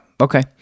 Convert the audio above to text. okay